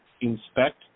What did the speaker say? inspect